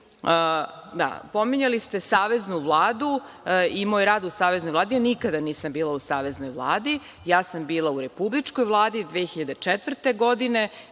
ste spominjali saveznu vladu i moj rad u saveznoj vladi. Ja nikada nisam bila u saveznoj vladi, bila sam u Republičkoj Vladi 2004. godine